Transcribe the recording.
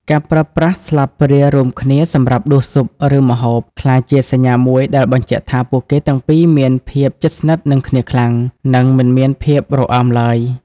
ការប្រើប្រាស់ស្លាបព្រារួមគ្នាសម្រាប់ដួសស៊ុប ឬម្ហូប ក្លាយជាសញ្ញាមួយដែលបញ្ជាក់ថាពួកគេទាំងពីរមានភាពជិតស្និទ្ធនឹងគ្នាខ្លាំង និងមិនមានភាពរអើមឡើយ។